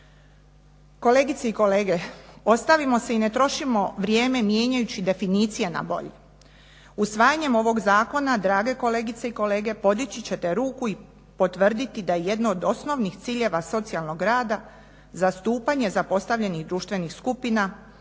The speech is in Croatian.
Kolegice i kolege, ostavimo se i ne trošimo vrijeme mijenjajući definicije na bolje. Usvajanjem ovog zakona, drage kolegice i kolege, podići ćete ruku i potvrditi da je jedno od osnovnih ciljeva socijalnog rada zastupanje zapostavljenih društvenih skupina,